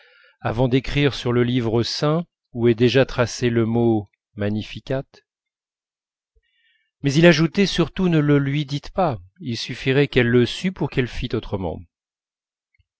avant d'écrire sur le livre saint où est déjà tracé le mot magnificat mais il ajoutait surtout ne le lui dites pas il suffirait qu'elle le sût pour qu'elle fît autrement